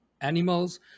animals